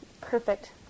perfect